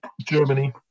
Germany